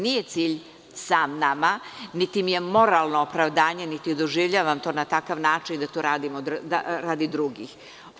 Nije cilj sam nama, niti mi je moralno opravdanje, niti doživljavam to na takav način da to radi drugih.